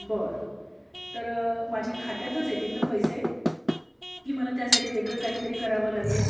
बरं तर माझ्या खात्यातच येतील ना पैसे की मला त्यासाठी वेगळं काहीतरी करावं लागेल